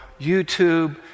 YouTube